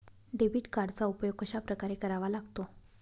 Debit कार्डचा उपयोग कशाप्रकारे करावा लागतो?